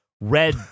red